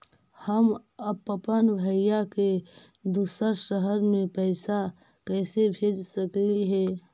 हम अप्पन भाई के दूसर शहर में पैसा कैसे भेज सकली हे?